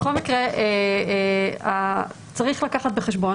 בכל מקרה צריך לקחת בחשבון,